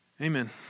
Amen